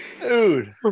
Dude